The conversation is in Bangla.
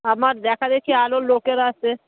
আমার দেখা দেখি আরো লোকেরা আছে